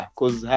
cause